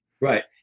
right